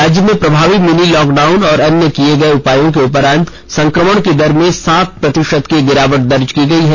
राज्य में प्रभावी मिनी लॉकडाउन और अन्य किए गए उपायों के उपरान्त संक्रमण की दर में सात प्रतिशत की गिरावट दर्ज की गई है